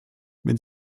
wenn